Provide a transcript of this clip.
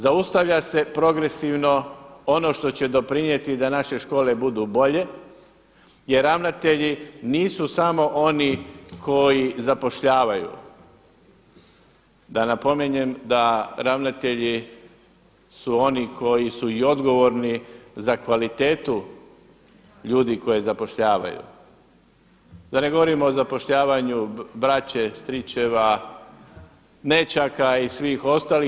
Zaustavlja se progresivno ono što će doprinijeti da naše škole budu bolje jer ravnatelji nisu samo oni koji zapošljavaju, da napominjem da su ravnatelji oni koji su i odgovorni za kvalitetu ljudi koje zapošljavaju, da ne govorimo o zapošljavanju braće, stričeva, nećaka i svih ostalih.